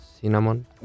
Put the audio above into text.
cinnamon